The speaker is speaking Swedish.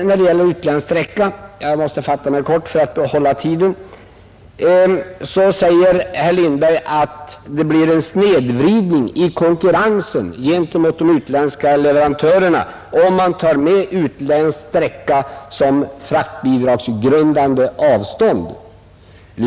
När det gäller utländsk sträcka — jag måste fatta mig kort för att hålla tiden — säger herr Lindberg att det blir en snedvridning i konkurrensen gentemot utländska leverantörer om man tar med utländsk sträcka som fraktbidragsgrundande avstånd.